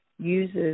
uses